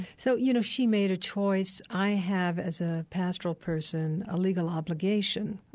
so, you know, she made a choice. i have as a pastoral person a legal obligation,